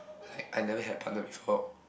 I I never had partner before